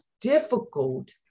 difficult